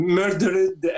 murdered